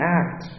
act